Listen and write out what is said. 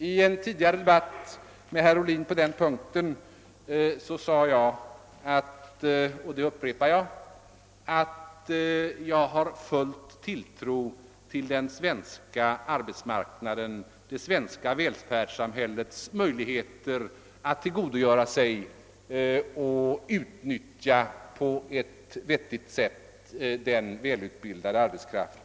I en tidigare debatt med herr Ohlin om denna fråga sade jag — och jag upprepar det nu — att jag har full tilltro till den svenska arbetsmarknadens och det svenska välfärdssamhällets möjligheter att tillgodogöra sig och på ett vettigt sätt utnyttja denna välutbildade arbetskraft.